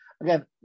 Again